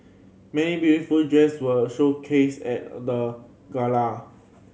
many beautiful dress were showcased at the gala